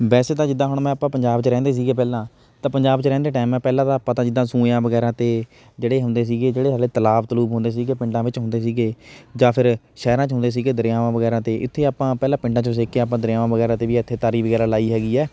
ਵੈਸੇ ਤਾਂ ਜਿੱਦਾਂ ਹੁਣ ਮੈਂ ਆਪਾਂ ਪੰਜਾਬ 'ਚ ਰਹਿੰਦੇ ਸੀਗੇ ਪਹਿਲਾਂ ਤਾਂ ਪੰਜਾਬ 'ਚ ਰਹਿੰਦੇ ਟਾਈਮ ਮੈਂ ਪਹਿਲਾਂ ਤਾਂ ਪਤਾ ਜਿੱਦਾਂ ਸੂਇਆਂ ਵਗੈਰਾ 'ਤੇ ਜਿਹੜੇ ਹੁੰਦੇ ਸੀਗੇ ਜਿਹੜੇ ਹਲੇ ਤਲਾਬ ਤਲੁਬ ਹੁੰਦੇ ਸੀਗੇ ਪਿੰਡਾਂ ਵਿੱਚ ਹੁੰਦੇ ਸੀਗੇ ਜਾਂ ਫਿਰ ਸ਼ਹਿਰਾਂ 'ਚ ਹੁੰਦੇ ਸੀਗੇ ਦਰਿਆਵਾਂ ਵਗੈਰਾ 'ਤੇ ਇੱਥੇ ਆਪਾਂ ਪਹਿਲਾਂ ਪਿੰਡਾਂ 'ਚੋਂ ਸਿੱਖ ਕੇ ਆਪਾਂ ਦਰਿਆਵਾਂ ਵਗੈਰਾ 'ਤੇ ਵੀ ਇੱਥੇ ਤਾਰੀ ਵਗੈਰਾ ਲਾਈ ਹੈਗੀ ਹੈ